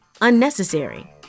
unnecessary